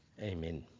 Amen